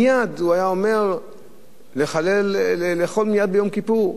מייד הוא היה אומר לאכול מייד ביום כיפור,